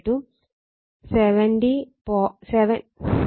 5o ആണ്